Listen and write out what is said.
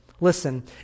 Listen